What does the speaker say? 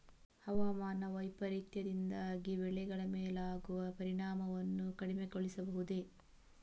ಹವಾಮಾನ ವೈಪರೀತ್ಯದಿಂದಾಗಿ ಬೆಳೆಗಳ ಮೇಲಾಗುವ ಪರಿಣಾಮವನ್ನು ಕಡಿಮೆಗೊಳಿಸಬಹುದೇ?